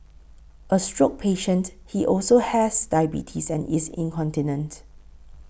a stroke patient he also has diabetes and is incontinent